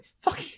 Fuck